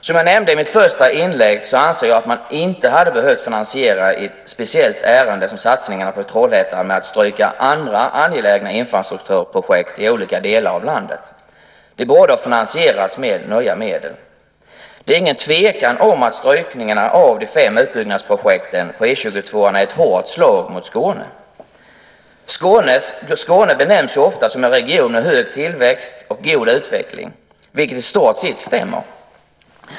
Som jag nämnde i mitt första inlägg anser jag att man inte hade behövt finansiera ett speciellt ärende som satsningarna på Trollhättan med att stryka andra angelägna infrastrukturprojekt i olika delar av landet. Det borde ha finansierats med nya medel. Det är ingen tvekan om att strykningarna av de fem utbyggnadsprojekten på E 22 är ett hårt slag mot Skåne. Skåne benämns ofta som en region med hög tillväxt och god utveckling, vilket i stort sett stämmer.